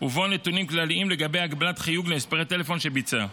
ובו נתונים כלליים לגבי הגבלת חיוג למספרי טלפון שביצע.